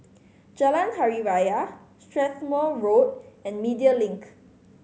Jalan Hari Raya Strathmore Road and Media Link